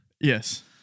Yes